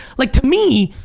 like to me,